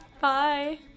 Bye